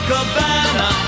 Cabana